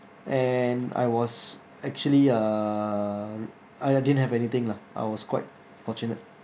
and I was actually um I didn't have anything lah I was quite fortunate